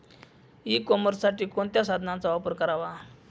E कॉमर्ससाठी कोणत्या साधनांचा वापर करावा?